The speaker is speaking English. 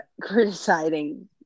criticizing